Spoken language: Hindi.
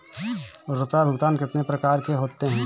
रुपया भुगतान कितनी प्रकार के होते हैं?